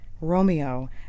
Romeo